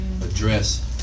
address